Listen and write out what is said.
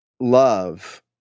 love